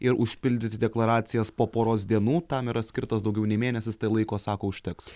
ir užpildyti deklaracijas po poros dienų tam yra skirtas daugiau nei mėnesis laiko sako užteks